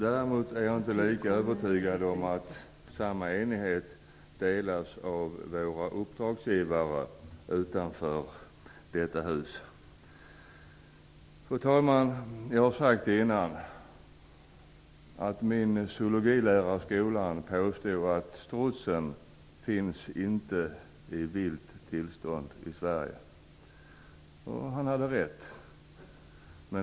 Däremot är jag inte lika övertygad om att denna enighet omfattar våra uppdragsgivare utanför detta hus. Fru talman! Jag har sagt tidigare att min zoologilärare i skolan påstod att strutsen inte finns i vilt tillstånd i Sverige. Han hade rätt.